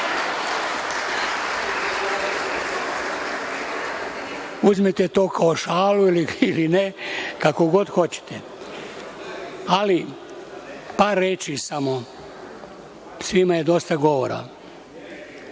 Uzmite to kao šalu ili ne, kako god hoćete, ali par reči samo. Svima je dosta govora. Ja